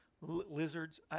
lizards